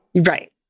Right